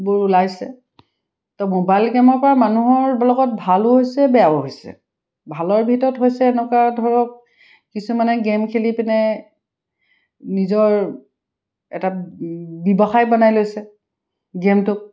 বোৰ ওলাইছে তো মোবাইল গেমৰপৰা মানুহৰ লগত ভালো হৈছে বেয়াও হৈছে ভালৰ ভিতৰত হৈছে এনেকুৱা ধৰক কিছুমানে গেম খেলি পিনে নিজৰ এটা ব্যৱসায় বনাই লৈছে গেমটোক